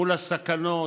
מול הסכנות,